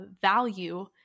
value